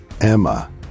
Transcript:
Emma